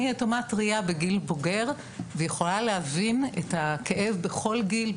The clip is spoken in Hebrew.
אני יתומה טרייה בגיל בוגר ויכולה להבין את הכאב בכל גיל,